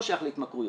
לא שייך להתמכרויות.